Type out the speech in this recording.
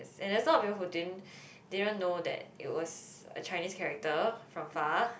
and there a lot of people who din didn't know that it was a Chinese character from far